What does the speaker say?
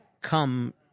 come –